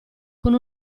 con